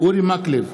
אורי מקלב,